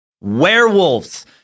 Werewolves